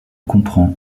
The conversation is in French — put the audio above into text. comprend